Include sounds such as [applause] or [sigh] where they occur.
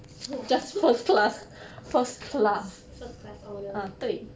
oh [laughs] first class honour